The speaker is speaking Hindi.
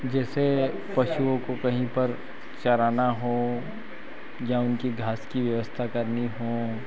जैसे पशुओं को कहीं पर चराना हो या उनकी घास की व्यवस्था करनी हो